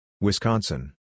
Wisconsin